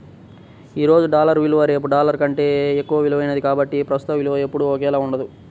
ఈ రోజు డాలర్ విలువ రేపు డాలర్ కంటే ఎక్కువ విలువైనది కాబట్టి ప్రస్తుత విలువ ఎప్పుడూ ఒకేలా ఉండదు